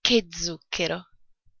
che zucchero